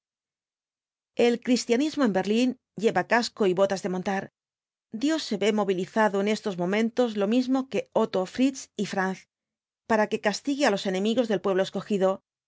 el cristianismo en berlín lleva casco y botas de montar dios se ve movilizado en estos momentos lo mismo que otto fritz y franz para que castigue á los enemigos del pueblo escogido